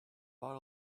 about